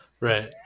Right